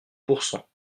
pourcent